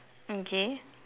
okay